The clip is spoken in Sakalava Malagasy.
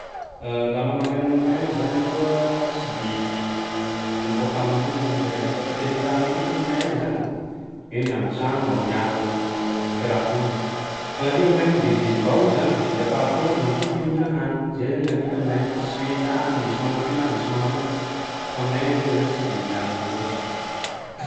Laha manahaka agny aminay agny zany aloha tsy de important amin'olo loatry zany resaka alika fa tena ilà ny alika aminay agny zany e hoe miamby tsagno mba miaro gny fiarahamonina fa ny alika aminay agny mivezivezy mbao i zany de lafa avy koa gny hariva mipody i mihina hany, zay zany gny alika aminay agny fa tsy hoe aah! ndeso magnatoy na andeso magnaroy fa aminay gny alika zany tsy de ilan'olo loatry.